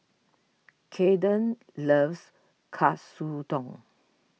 Kaeden loves Katsudon